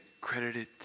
credited